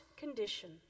condition